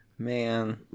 Man